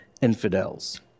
infidels